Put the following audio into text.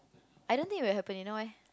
I don't think it will happen you know why